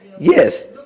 Yes